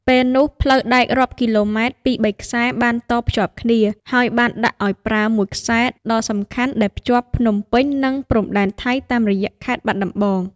ពេលនោះផ្លូវដែករាប់គីឡូម៉ែត្រពីរបីខ្សែបានតភ្ជាប់គ្នា ហើយបានដាក់អោយប្រើមួយខ្សែដ៏សំខាន់ដែលភ្ជាប់ភ្នំពេញនិងព្រំដែនថៃតាមរយៈខេត្ត បាត់ដំបង។